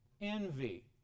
envy